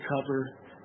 cover